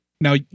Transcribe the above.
Now